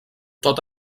tot